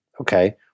Okay